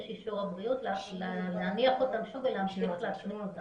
יש אישור הבריאות להניח אותן שוב ולאשרר אותן.